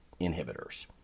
inhibitors